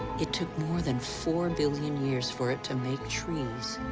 it took more than four billion years for it to make trees.